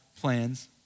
plans